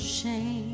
shame